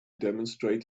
demonstrate